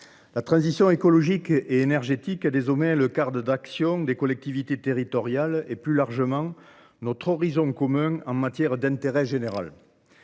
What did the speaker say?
La transition écologique et énergétique est désormais le cadre d’action des collectivités territoriales et, plus largement, notre horizon commun en matière d’intérêt général.